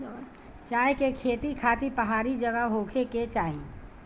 चाय के खेती खातिर पहाड़ी जगह होखे के चाही